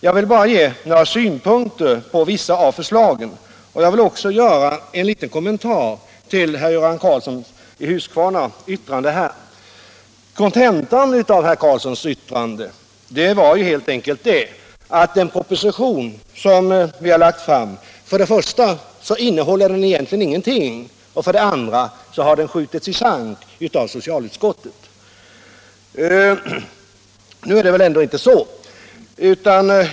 Jag vill bara ge några synpunkter på vissa av förslagen. Jag vill också göra en liten kommentar till herr Göran Karlssons i Huskvarna inlägg. Kontentan av herr Karlssons yttrande var helt enkelt att propositionen som vi har lagt fram för det första egentligen inte innehåller någonting och för det andra har skjutits i sank av socialutskottet. Nu är det väl ändå inte så.